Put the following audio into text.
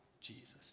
Jesus